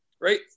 right